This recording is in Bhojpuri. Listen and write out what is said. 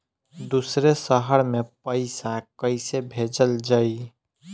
दूसरे शहर में पइसा कईसे भेजल जयी?